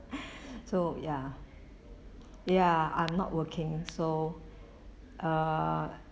so ya ya I'm not working so err